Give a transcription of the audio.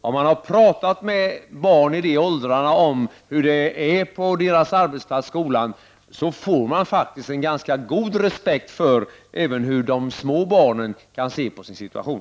Om man har talat med barn i dessa åldrar om hur deras arbetsplats skolan ser ut, så får man faktiskt en ganska god respekt för även de små barnens syn på sin situation.